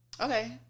Okay